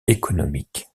économique